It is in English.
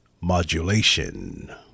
Modulation